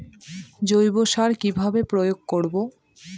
জৈব সার কি ভাবে প্রয়োগ করব?